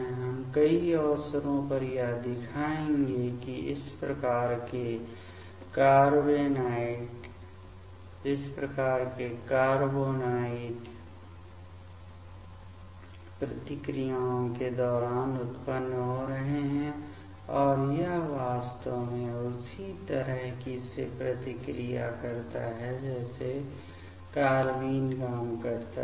हम कई अवसरों पर यह दिखाएंगे कि इस प्रकार के कार्बेनोइड प्रतिक्रियाओं के दौरान उत्पन्न हो रहे हैं और यह वास्तव में उसी तरह से प्रतिक्रिया करता है जैसे कार्बाइन काम करता है